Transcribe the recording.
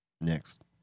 Next